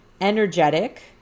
energetic